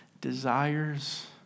desires